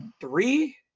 Three